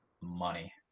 money